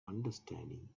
understanding